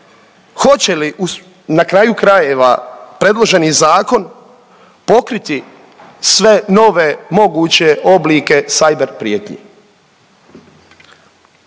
hoće li na kraju krajeva predloženi zakon pokriti sve nove moguće oblike cyber prijetnji.